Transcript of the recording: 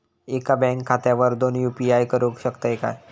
एका बँक खात्यावर दोन यू.पी.आय करुक शकतय काय?